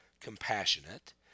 compassionate